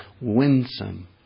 winsome